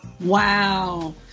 Wow